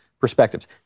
perspectives